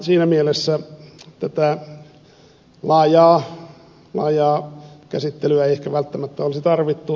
siinä mielessä tätä laajaa käsittelyä ei ehkä välttämättä olisi tarvittu